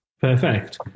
Perfect